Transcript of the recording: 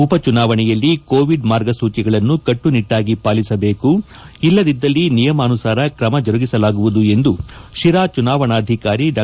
ಉಪಚುನಾವಣೆಯಲ್ಲಿ ಕೋವಿಡ್ ಮಾರ್ಗಸೂಚಿಗಳನ್ನು ಕಟ್ಟುನಿಟ್ಟಾಗಿ ಪಾಲಿಸದೇಕು ಇಲ್ಲದಿದ್ದಲ್ಲಿ ನಿಯಮಾನುಸಾರ ಕ್ರಮ ಜರುಗಿಸಲಾಗುವುದು ಎಂದು ಶಿರಾ ಚುನಾವಣಾಧಿಕಾರಿ ಡಾ